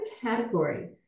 category